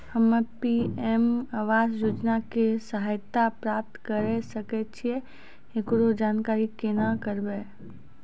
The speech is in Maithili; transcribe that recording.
हम्मे पी.एम आवास योजना के सहायता प्राप्त करें सकय छियै, एकरो जानकारी केना करबै?